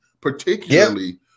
particularly